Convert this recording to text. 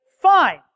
fine